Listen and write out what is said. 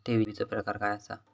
ठेवीचो प्रकार काय असा?